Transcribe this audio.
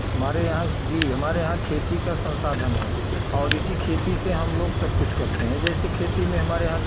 हमारे यहाँ जी हमारे यहाँ खेती का संसाधन है और इसी खेती से हम लोग सब कुछ करते हैं जैसे खेती में हमारे यहाँ